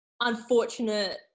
unfortunate